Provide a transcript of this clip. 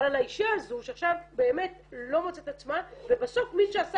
אבל האשה הזו שעכשיו באמת לא מוצאת את עצמה ובסוף מי שעשה